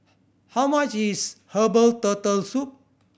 how much is herbal Turtle Soup